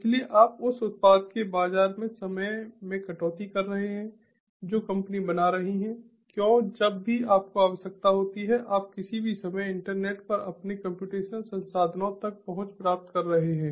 इसलिए आप उस उत्पाद के बाजार में समय में कटौती कर रहे हैं जो कंपनी बना रही है क्योंकि जब भी आपको आवश्यकता होती है आप किसी भी समय इंटरनेट पर अपने कम्प्यूटेशनल संसाधनों तक पहुंच प्राप्त कर रहे हैं